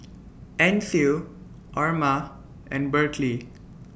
Ancil Orma and Berkley